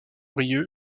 brieuc